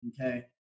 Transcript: okay